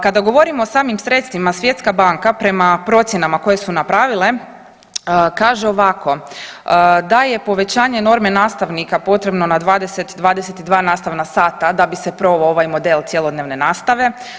Kada govorimo o samim sredstvima svjetska banka prema procjenama koje su napravile kaže ovako, da je povećanje norme nastavnika potrebno na 20, 22 nastavna sata da bi se proveo ovaj model cjelodnevne nastave.